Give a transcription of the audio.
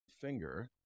finger